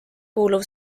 kuuluv